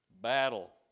battle